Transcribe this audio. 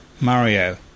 Mario